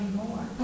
more